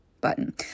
button